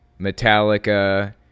Metallica